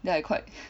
then I quite